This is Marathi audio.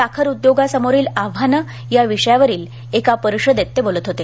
साखर उद्योगासमोरील आव्हाने या विषयावरील एका परिषदेत ते बोलत होते